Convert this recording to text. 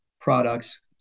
products